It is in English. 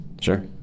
Sure